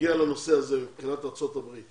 יגיע לנושא הזה מבחינת ארצות הברית.